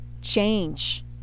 change